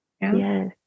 Yes